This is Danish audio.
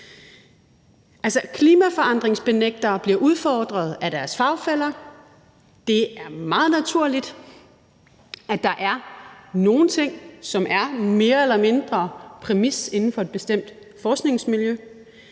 klimaforandringsbenægtere bliver udfordret af deres fagfæller – det er meget naturligt, at der er nogle ting, som mere eller mindre er en præmis inden for et bestemt forskningsmiljø.